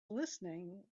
listening